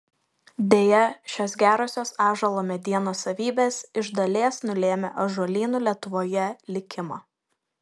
deja šios gerosios ąžuolo medienos savybės iš dalies nulėmė ąžuolynų lietuvoje likimą